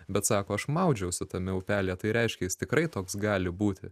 bet sako aš maudžiausi tame upelyje tai reiškia jis tikrai toks gali būti